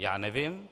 Já nevím.